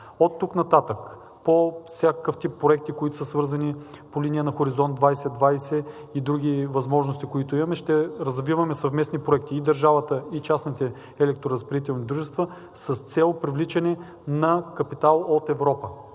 Оттук нататък по всякакъв тип проекти, които са свързани по линия на „Хоризонт 2020“ и други възможности, които имаме, ще развиваме съвместни проекти – и държавата, и частните електроразпределителни дружества, с цел привличане на капитал от Европа.